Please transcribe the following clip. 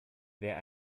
wer